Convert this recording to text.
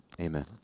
Amen